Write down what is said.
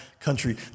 Country